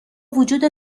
وجود